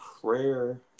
prayer